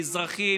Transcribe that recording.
לאזרחים,